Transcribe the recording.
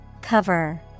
Cover